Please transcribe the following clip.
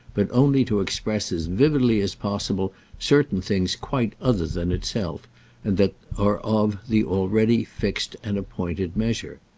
but only to express as vividly as possible certain things quite other than itself and that are of the already fixed and appointed measure.